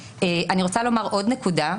אני רוצה להעלות עוד נקודה.